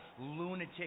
lunatic